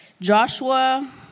Joshua